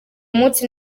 munsi